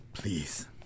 Please